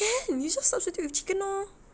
can you just substitute with chicken lor